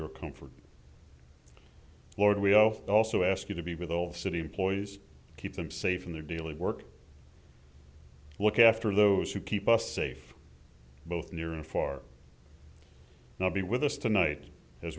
your comfort lord we all fall so ask you to be with all the city employees keep them safe in their daily work look after those who keep us safe both near and far not be with us tonight as